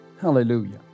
hallelujah